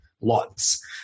lots